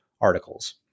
articles